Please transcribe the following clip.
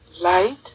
light